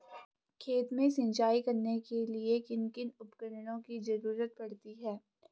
खेत में सिंचाई करने के लिए किन किन उपकरणों की जरूरत पड़ती है?